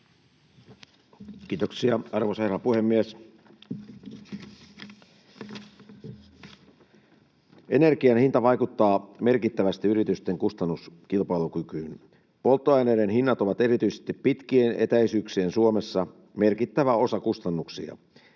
Kiitoksia, arvoisa herra puhemies! Energian hinta vaikuttaa merkittävästi yritysten kustannuskilpailukykyyn. Polttoaineiden hinnat ovat erityisesti pitkien etäisyyksien Suomessa merkittävä osa kustannuksista.